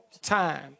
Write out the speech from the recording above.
time